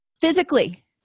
Physically